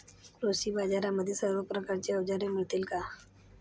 कृषी बाजारांमध्ये सर्व प्रकारची अवजारे मिळतील का?